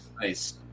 Nice